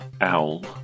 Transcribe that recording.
Owl